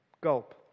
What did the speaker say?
Gulp